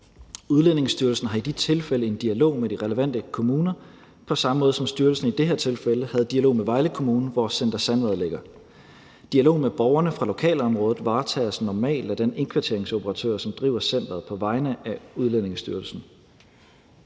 Udlændingestyrelsen har i de tilfælde en dialog med de relevante kommuner på samme måde, som styrelsen i det her tilfælde havde dialog med Vejle Kommune, hvor Center Sandvad ligger. Dialogen med borgerne fra lokalområdet varetages normalt af den indkvarteringsoperatør, som driver centeret på vegne af Udlændingestyrelsen.